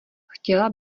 chtěla